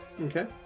Okay